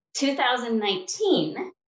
2019